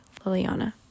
Liliana